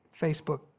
Facebook